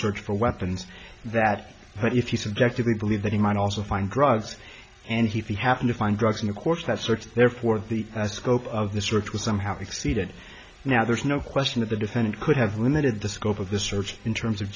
search for weapons that but if you subjectively believe that he might also find drugs and he happened to find drugs and of course that sorts therefore the scope of the search was somehow exceeded now there's no question that the defendant could have limited the scope of the search in terms of